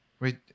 Wait